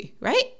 right